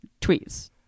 tweets